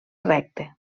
recte